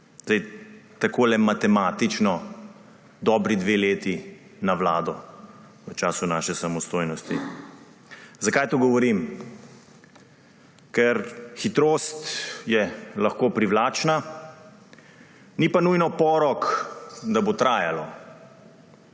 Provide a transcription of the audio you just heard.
To je takole, matematično dobri, dve leti na vlado v času naše samostojnosti. Zakaj to govorim? Ker hitrost je lahko privlačna, ni pa nujno porok, da bo trajalo.